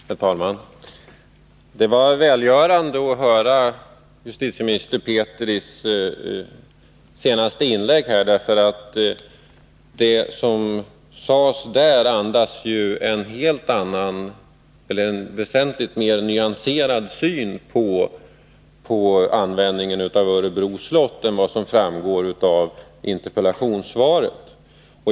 Herr talman! Det var välgörande att höra justitieminister Petris senaste inlägg i detta. Det som sades vittnar ju om en väsentligt mer nyanserad syn på användningen av Örebro slott än vad som framgår av interpellationssvaret.